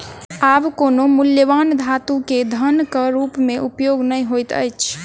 आब कोनो मूल्यवान धातु के धनक रूप में उपयोग नै होइत अछि